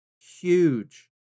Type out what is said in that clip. huge